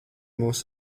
mūs